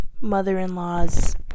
mother-in-law's